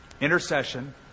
intercession